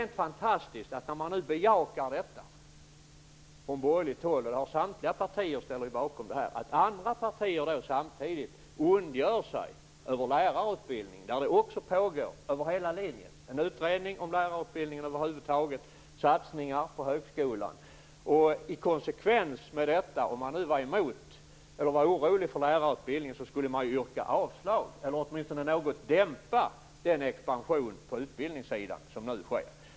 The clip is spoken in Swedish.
När man nu bejakar detta från borgerligt håll, och samtliga partier står ju bakom detta, är det rent fantastiskt att andra partier samtidigt ondgör sig över lärarutbildningen. Det pågår också en utredningen över hela linjen om lärarutbildningen över huvud taget och satsningar på högskolan. I konsekvens med detta - om man nu var orolig för lärarutbildningen - skulle man ju yrka avslag, eller åtminstone något dämpa den expansion på utbildningssidan som nu sker.